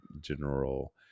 general